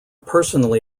personally